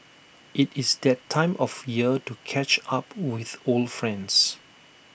IT is that time of year to catch up with old friends